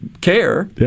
care